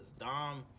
Dom